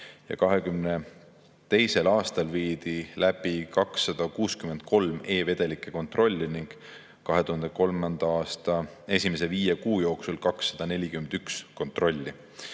2022. aastal viidi läbi 263 e‑vedelike kontrolli ning 2023. aasta esimese viie kuu jooksul 241 kontrolli.